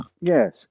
Yes